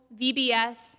VBS